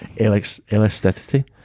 elasticity